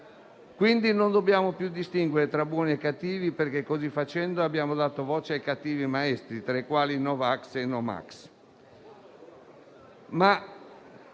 quindi più distinguere tra buoni e cattivi, perché così facendo abbiamo dato voce ai cattivi maestri, tra i quali i no vax e i no mask,